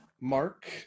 Mark